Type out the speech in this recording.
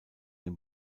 dem